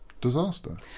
Disaster